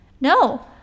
No